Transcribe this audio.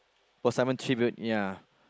Paul Simon Tribute ya